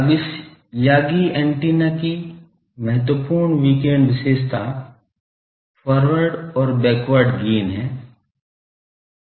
अब इस Yagi antenna की महत्वपूर्ण विकिरण विशेषता फॉरवर्ड और बैकवर्ड गेन है